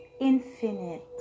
Infinite